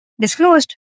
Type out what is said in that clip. disclosed